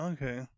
Okay